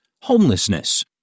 homelessness